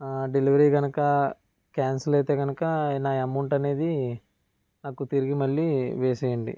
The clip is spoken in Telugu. డెలివరీ కనుక కాన్సల్ అయితే కనుక నా అమౌంట్ అనేది నాకు తిరిగి మళ్ళీ వేసేయండి